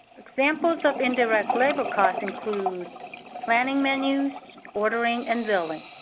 examples of indirect labor cost includes planning menus, ordering, and billing.